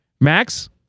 Max